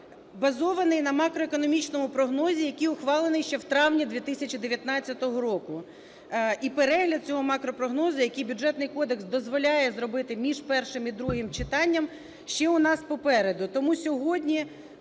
базований на макроекономічному прогнозі, який ухвалений ще в травні 2019 року. І перегляд цього макропрогнозу, який Бюджетний кодекс дозволяє зробити між першим і другим читанням, ще у нас попереду. Тому сьогодні